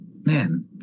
man